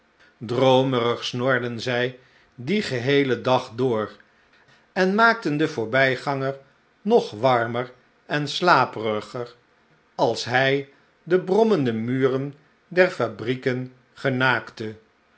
droomerig snorden zij dien geheelen dag door en maakten den voorbijganger nog warmer en slaperiger als hij de brommende muren der fabrieken genaakte